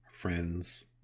Friends